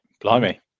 Blimey